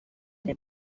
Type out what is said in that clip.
ere